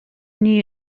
new